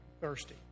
thirsty